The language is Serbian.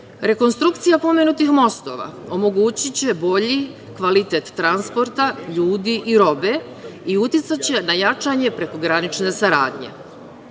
Uvac. Rekonstrukcija pomenutih mostova omogućiće bolji kvalitet transporta, ljudi i robe i uticaće na jačanje prekogranične saradnje. Neki